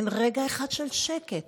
אין רגע אחד של שקט.